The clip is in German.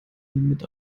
mit